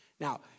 Now